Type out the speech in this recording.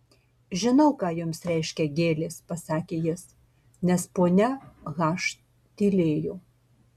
žinau ką jums reiškia gėlės pasakė jis nes ponia h tylėjo